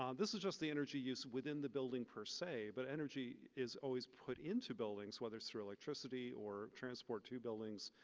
um this is just the energy use within the building per se, but energy is always put into buildings whether it's through electricity or transport to buildings.